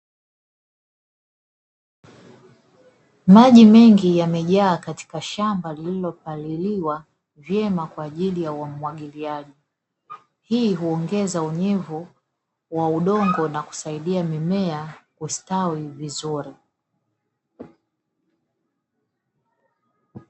Maji mengi yamejaa katika shamba lililopaliliwa vyema kwa ajili ya umwagiliaji. Hii huongeza unyevu wa udongo na kusaidia mimea kustawi vizuri.